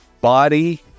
body